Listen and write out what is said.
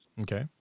Okay